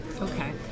Okay